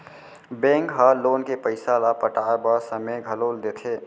bank ह loan के पइसा ल पटाए बर समे घलो देथे